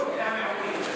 "בני המיעוטים".